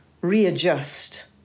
readjust